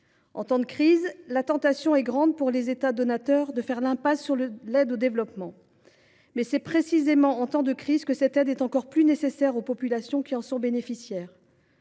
En temps de crise, la tentation est grande pour les États donateurs de faire l’impasse sur l’aide au développement, mais c’est précisément dans de telles périodes que cette aide est encore plus nécessaire aux populations qui en bénéficient.